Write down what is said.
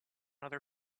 other